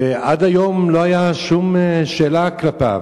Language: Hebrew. ועד היום לא היתה שום שאלה כלפיו.